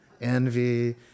envy